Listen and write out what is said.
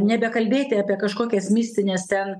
nebekalbėti apie kažkokias mistines ten